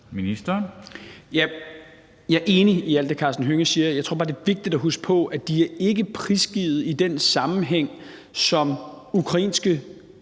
Hummelgaard): Jeg er enig i alt det, Karsten Hønge siger. Jeg tror bare, det er vigtigt at huske på, at de ikke er prisgivet i den sammenhæng, som ukrainske